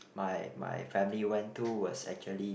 my my family went to was actually